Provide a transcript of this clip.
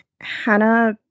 Hannah